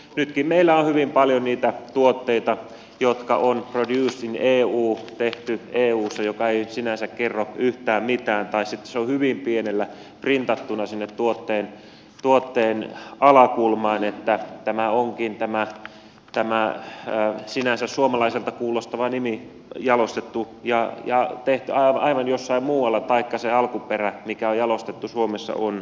nytkin meillä on hyvin paljon niitä tuotteita jotka ovat produced in eu tehty eussa mikä ei sinänsä kerro yhtään mitään tai sitten se on hyvin pienellä printattuna sinne tuotteen alakulmaan että tämä sinänsä suomalaisen nimiseltä kuulostava tuote onkin jalostettu ja tehty aivan jossain muualla taikka sen alkuperä mikä on jalostettu suomessa on jostain aivan muualta